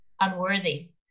unworthy